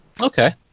Okay